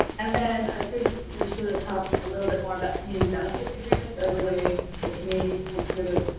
and then i think we should've talked a little bit more about community benefits agreements as a way that communities can sort of.